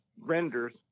renders